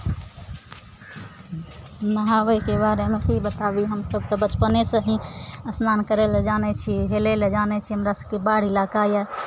नहाबयके बारेमे की बताबी हमसभ तऽ बचपनेसँ ही स्नान करय लए जानै छी हेलय लए जानै छी हमरा सभके बाढ़ि इलाका यए